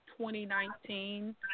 2019